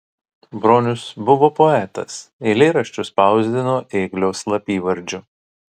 bronius buvo poetas eilėraščius spausdino ėglio slapyvardžiu